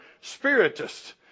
spiritists